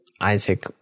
isaac